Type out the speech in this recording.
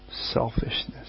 selfishness